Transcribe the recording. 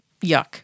yuck